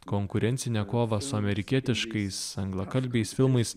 konkurencinę kovą su amerikietiškais anglakalbiais filmais